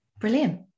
Brilliant